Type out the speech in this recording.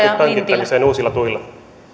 pönkittämiseen uusilla tuilla